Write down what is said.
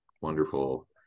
Wonderful